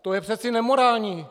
To je přece nemorální!